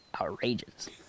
outrageous